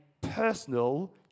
personal